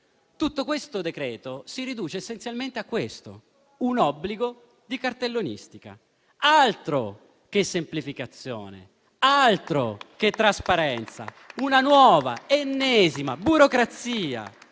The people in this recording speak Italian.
Tutto il decreto si riduce essenzialmente a questo: un obbligo di cartellonistica. Altro che semplificazione! Altro che trasparenza! Nuova ed ennesima burocrazia: